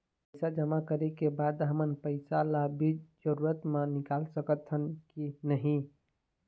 पैसा जमा करे के बाद हमन पैसा ला बीच जरूरत मे निकाल सकत हन की नहीं?